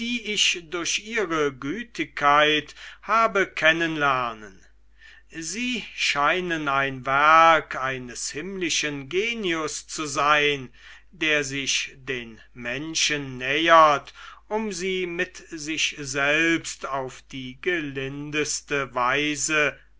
ich durch ihre gütigkeit habe kennen lernen sie scheinen ein werk eines himmlischen genius zu sein der sich den menschen nähert um sie mit sich selbst auf die gelindeste weise